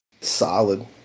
Solid